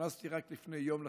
נכנסתי רק לפני יום לתפקיד,